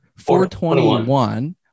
421